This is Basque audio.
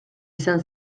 izan